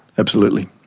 absolutely.